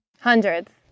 Hundreds